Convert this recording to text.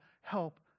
help